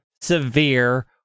severe